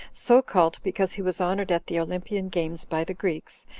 so called because he was honored at the olympian games by the greeks,